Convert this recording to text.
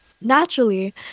Naturally